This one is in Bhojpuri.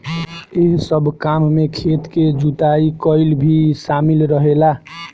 एह सब काम में खेत के जुताई कईल भी शामिल रहेला